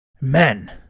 men